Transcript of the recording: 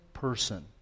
person